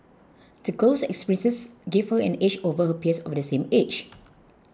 the girl's experiences gave her an edge over her peers of the same age